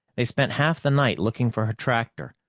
they spent half the night looking for her tractor,